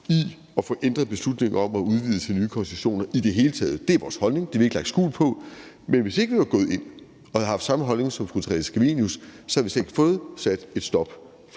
man får ændret beslutningen om at udvide med nye koncessioner i det hele taget. Det er vores holdning, og det har vi ikke lagt skjul på, men hvis vi ikke var gået ind i det, og vi havde haft den samme holdning som fru Theresa Scavenius, så havde vi slet ikke kunnet få sat et stop for